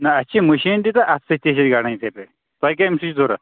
نہَ اَسہِ چھِ مٔشیٖن تہِ تہٕ اَتھٕ سۭتۍ تہِ چھِ گڈٕنۍ یِتھٕے پٲٹھۍ تۄہہِ کمِچ چھِ ضروٗرت